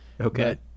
Okay